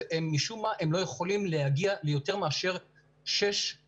משום מה הם לא יכולים להגיע ליותר מאשר שש-שמונה.